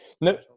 No